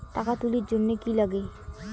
টাকা তুলির জন্যে কি লাগে?